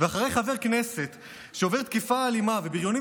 אחרי שחבר כנסת עובר תקיפה אלימה ובריונים